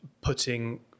putting